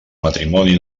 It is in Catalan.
matrimoni